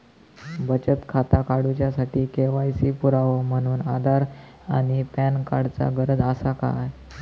बचत खाता काडुच्या साठी के.वाय.सी पुरावो म्हणून आधार आणि पॅन कार्ड चा गरज आसा काय?